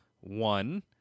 one